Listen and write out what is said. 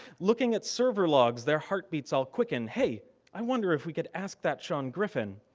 looking at server logs their heartbeats all quickened, hey i wonder if we could ask that sean griffin?